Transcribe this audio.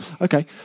Okay